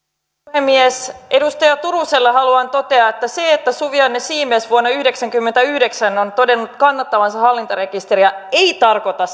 puhemies edustaja turuselle haluan todeta että se että suvi anne siimes vuonna yhdeksänkymmentäyhdeksän on todennut kannattavansa hallintarekisteriä ei tarkoita